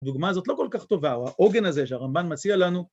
‫הדוגמה הזאת לא כל כך טובה, ‫העוגן הזה שהרמב״ן מציע לנו...